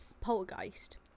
Poltergeist